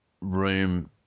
room